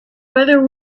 whether